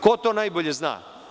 Ko to najbolje zna?